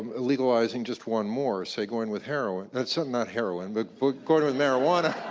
ah legalizing just one more, say, going with heroin, that's a not heroin, but but going with marijuana